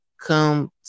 come